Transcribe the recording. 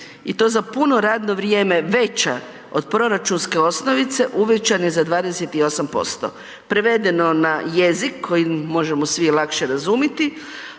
i to za puno radno vrijeme veća od proračunske osnovice uvećane za 28%. Prevedeno na jezik koji možemo svi lakše razumiti,